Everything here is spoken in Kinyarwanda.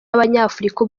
abanyafurika